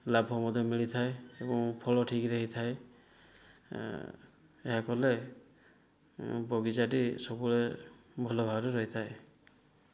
ଲାଭ ମଧ୍ୟ ମିଳିଥାଏ ଏବଂ ଫଳ ଠିକ୍ରେ ହୋଇଥାଏ ଏହା କଲେ ବଗିଚାଟି ସବୁବେଳେ ଭଲ ଭାବରେ ରହିଥାଏ